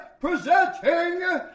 presenting